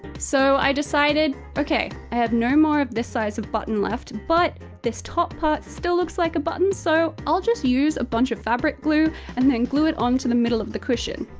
so i decided, okay, i have no more of this size of button left but this top part still looks like a button, so i'll just use a bunch of fabric glue and then glue it on to the middle of the cushion.